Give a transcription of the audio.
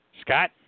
Scott